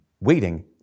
Waiting